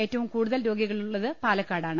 ഏറ്റവും കൂടുതൽ രോഗികളുള്ളത് പാലക്കാടാണ്